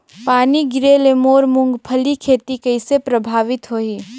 पानी गिरे ले मोर मुंगफली खेती कइसे प्रभावित होही?